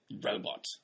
robot